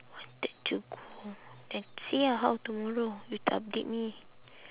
wanted to go then see ah how tomorrow you to update me